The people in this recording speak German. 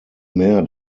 mehr